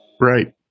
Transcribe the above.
Right